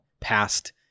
Past